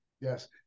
Yes